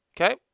Okay